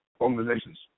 organizations